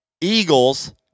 Eagles